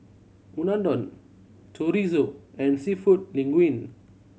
Unadon Chorizo and Seafood Linguine